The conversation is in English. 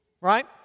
Right